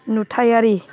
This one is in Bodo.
नुथायारि